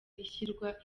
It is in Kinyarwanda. ishyirwa